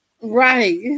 Right